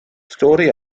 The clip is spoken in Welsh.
stori